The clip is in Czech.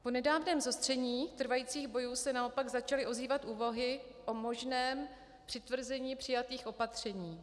Po nedávném zostření trvajících bojů se naopak začaly ozývat úvahy o možném přitvrzení přijatých opatření.